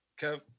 Kev